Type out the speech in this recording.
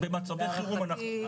ולהערכתי -- אנחנו,